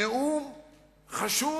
נאום חשוב?